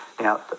Now